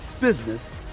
business